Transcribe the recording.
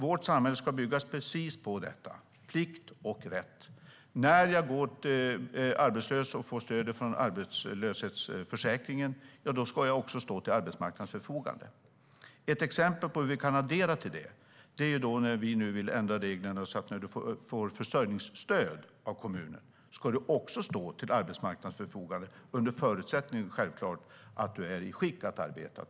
Vårt samhälle ska byggas precis på detta: plikt och rätt. När jag går arbetslös och får stöd från arbetslöshetsförsäkringen ska jag också stå till arbetsmarknadens förfogande. Ett exempel på hur vi kan addera till det är att vi nu vill ändra reglerna så att du när du får försörjningsstöd av kommunen också ska stå till arbetsmarknadens förfogande, självklart under förutsättning att du är i skick att arbeta.